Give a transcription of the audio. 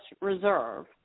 Reserve